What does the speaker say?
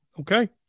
Okay